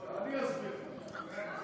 אני אסביר לך.